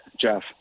Jeff